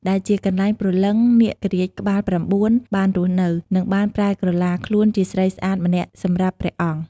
ដែលជាកនែ្លងព្រលឹង នាគរាជក្បាល៩ បានរស់នៅ និងបានប្រែក្រទ្បាខ្លួនជាស្រីស្អាតម្នាក់សម្រាប់ព្រះអង្គ។